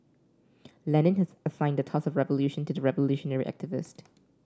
Lenin has assigned the task of revolution to the revolutionary activist